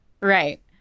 Right